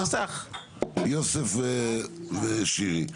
יוסף ושירי.